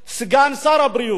סגן שר הבריאות